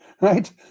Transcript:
right